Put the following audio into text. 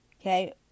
Okay